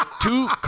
two